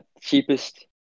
cheapest